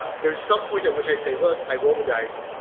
but there's some point at which i say, look, i roll the dice.